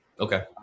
Okay